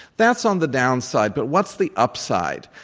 that's on the downside. but what's the upside?